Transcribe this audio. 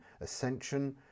Ascension